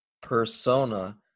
persona